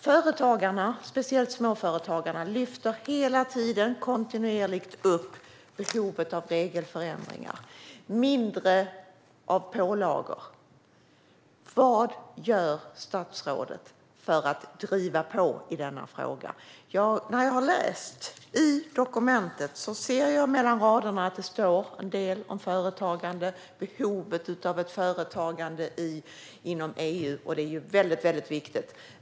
Företagarna, speciellt småföretagarna, lyfter kontinuerligt upp behovet av regelförändringar och mindre av pålagor. Vad gör statsrådet för att driva på i denna fråga? När jag läser dokumentet ser jag att det står en del mellan raderna om företagande och behovet av företagande inom EU. Det är väldigt viktigt.